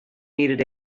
needed